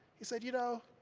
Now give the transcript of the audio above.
he said, you know,